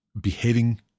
behaving